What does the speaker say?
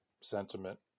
sentiment